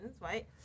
right